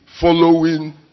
following